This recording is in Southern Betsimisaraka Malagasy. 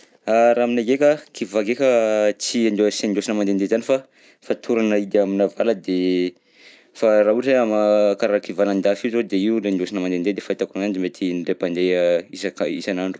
Raha aminay ndreka kivà ndreka tsy andaosindaosina mandehandeha zany fa fatorana ahidy aminà vala de, fa raha ohatra hoe ama- karaha kivà any an-dafy io zao de io no indaosina mandehandeha de ny fahitako ananjy mety indray mpandeha isaka isan'andro.